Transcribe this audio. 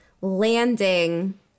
landing